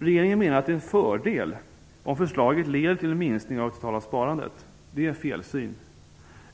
Regeringen menar att det är en fördel om förslaget leder till en minskning av det totala sparandet. Det är en felsyn.